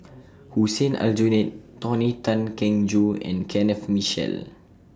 Hussein Aljunied Tony Tan Keng Joo and Kenneth Mitchell